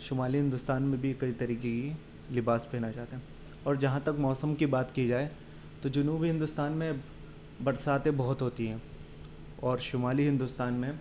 شمالی ہندوستان میں بھی کئی طریقے کی لباس پہنا جاتا ہے اور جہاں تک موسم کی بات کی جائے تو جنوبی ہندوستان میں برساتیں بہت ہوتی ہیں اور شمالی ہندوستان میں